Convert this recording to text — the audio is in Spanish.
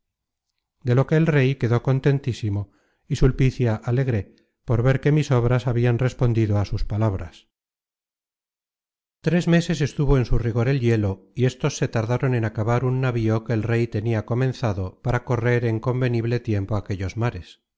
de lo que el rey quedó contentísimo y sulpicia alegre por ver que mis obras habian respondido á sus palabras content from google book search generated at tres meses estuvo en su rigor el hielo y éstos se tardaron en acabar un navío que el rey tenia comenzado para correr en convenible tiempo aquellos mares